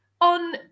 on